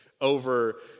over